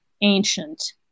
ancient